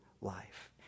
life